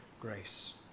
grace